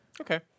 Okay